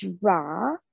draw